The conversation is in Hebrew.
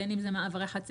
בין אם זה מעברי חציה,